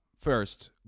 First